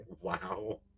Wow